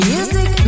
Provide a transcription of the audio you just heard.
Music